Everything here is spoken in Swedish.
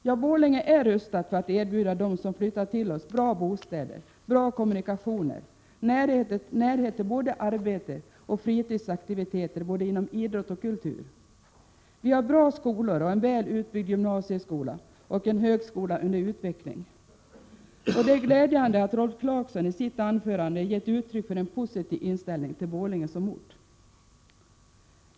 Ja, Borlänge är rustat för att erbjuda dem som flyttar till oss bra bostäder, bra kommunikationer och närhet till både arbete och fritidsaktiviteter såväl inom idrott som kultur. Vi har bra skolor, bl.a. en väl utbyggd gymnasieskola och en högskola under utveckling. Det är glädjande att Rolf Clarkson i sitt anförande gav uttryck för en positiv inställning till Borlänge som ort.